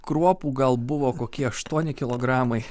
kruopų gal buvo kokie aštuoni kilogramai